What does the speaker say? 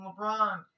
LeBron